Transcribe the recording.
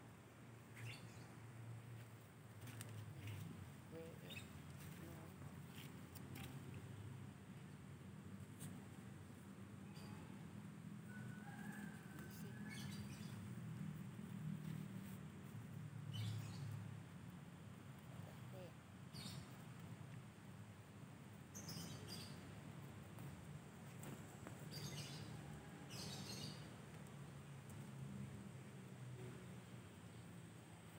Na kuii, kue, nu'ú, kuixhii, cafe.